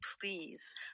please